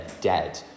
dead